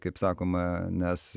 kaip sakoma nes